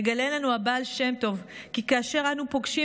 מגלה לנו הבעל שם טוב כי כאשר אנו פוגשים